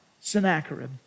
Sennacherib